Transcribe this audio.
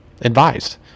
advised